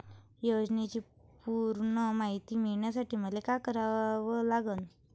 योजनेची पूर्ण मायती मिळवासाठी मले का करावं लागन?